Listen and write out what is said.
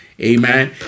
Amen